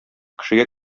кешегә